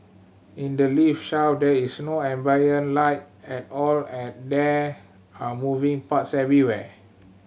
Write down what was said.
in the lift shaft there is no ambient light at all and there are moving parts everywhere